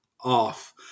off